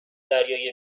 دریایی